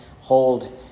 hold